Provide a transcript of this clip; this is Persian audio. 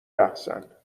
رقصن